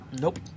Nope